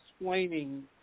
explaining